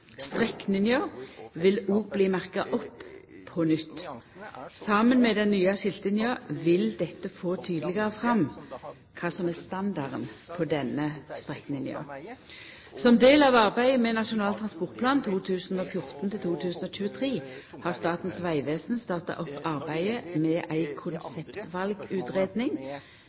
bli merka opp på nytt. Saman med den nye skiltinga vil dette få tydelegare fram kva som er standarden på denne strekninga. Som del av arbeidet med Nasjonal transportplan 2014–2023 har Statens vegvesen starta opp arbeidet med ei